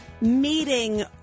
meeting